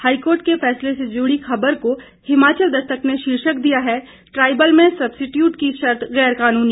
high court के फैसले से जुड़ी खबर को हिमाचल दस्तक ने शीर्षक दिया है ट्राइबल में सब्सटीटयूट की शर्त गैरकानूनी